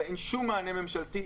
ואין שום מענה ממשלתי,